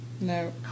No